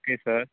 okay sir